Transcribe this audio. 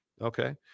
Okay